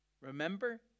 Remember